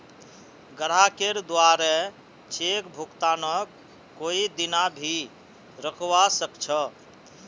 ग्राहकेर द्वारे चेक भुगतानक कोई दीना भी रोकवा सख छ